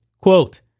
Quote